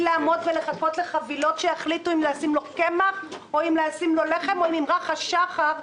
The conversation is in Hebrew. לחכות לחבילות שבהן יחליטו אם לשים לו קמח או לחם או ממרח השחר,